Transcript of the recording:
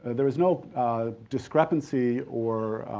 there was no discrepancy or